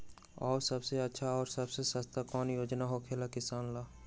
आ सबसे अच्छा और सबसे सस्ता कौन योजना होखेला किसान ला?